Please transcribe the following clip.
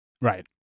Right